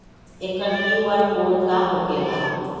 एकर QR code का होकेला?